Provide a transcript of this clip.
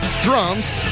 Drums